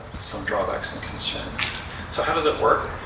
ah some drawbacks and concerns so how does it work.